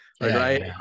right